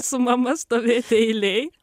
su mama stovėti eilėj